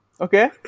Okay